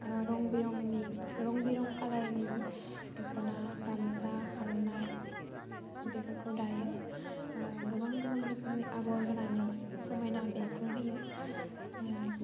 रं बिरंनि रं बिरं कालारनि दख'ना गामसा आर'नाइ बेफोरखौ दायो गोबां गोबां रोखोमनि आगर होनानै समायना बेरखांहोयो